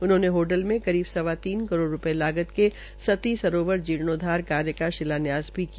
उन्होंने होडल में करीब सवा तीन करोड़ रूपये लागत के सती सरोवर जीर्णोद्वार कार्य का शिलान्यास भी किया